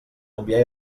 enviar